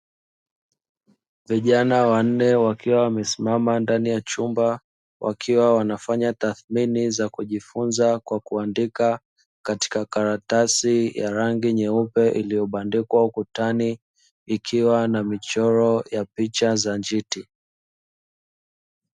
Vijana wanne wakiwa wamesimama ndani ya chumba wakiwa wanafanya tathimini za kujifunza kwa kuandika katika karatasi ya rangi nyeupe, iliyobandikwa ukutani ikiwa na michoro ya picha za njiti.